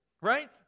right